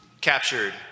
captured